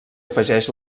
afegeix